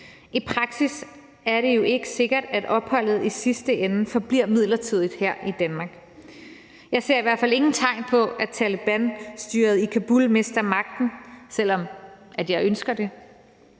I praksis er det jo ikke sikkert, at opholdet i sidste ende forbliver midlertidigt her i Danmark. Jeg ser i hvert fald ingen tegn på, at Talebanstyret i Kabul mister magten, selv om jeg ønsker det,